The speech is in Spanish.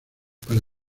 para